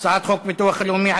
הצעת חוק הביטוח הלאומי (תיקון,